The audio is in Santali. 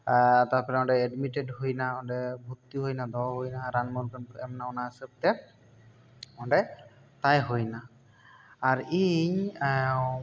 ᱟᱨ ᱛᱟᱨᱯᱚᱨᱮ ᱚᱸᱰᱮ ᱮᱰᱢᱤᱴᱮᱰ ᱦᱩᱭ ᱮᱱᱟ ᱚᱸᱰᱮ ᱵᱷᱩᱨᱛᱤ ᱦᱩᱭ ᱮᱱᱟ ᱚᱸᱰᱮ ᱫᱚᱦᱚ ᱦᱩᱭ ᱮᱱᱟ ᱨᱟᱱ ᱢᱩᱨᱜᱟᱹᱱ ᱠᱚ ᱮᱢ ᱮᱱᱟ ᱚᱱᱟ ᱦᱤᱥᱟᱹᱵᱽ ᱛᱮ ᱚᱸᱰᱮ ᱛᱟᱦᱮᱸ ᱦᱩᱭ ᱮᱱᱟ ᱟᱨ ᱤᱧ